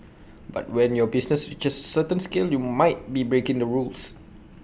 but when your business reaches A certain scale you might be breaking the rules